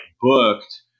booked